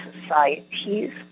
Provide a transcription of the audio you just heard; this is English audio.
societies